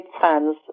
fans